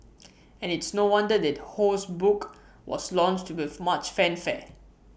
and it's no wonder that Ho's book was launched with much fanfare